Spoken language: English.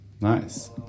Nice